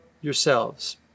yourselves